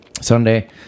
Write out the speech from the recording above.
Sunday